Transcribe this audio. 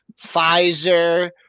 Pfizer